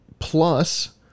Plus